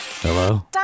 Hello